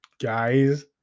guys